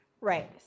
right